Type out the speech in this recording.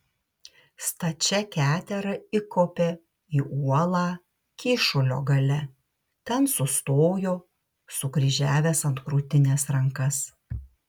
stačia ketera įkopė į uolą kyšulio gale ten sustojo sukryžiavęs ant krūtinės rankas